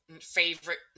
favorite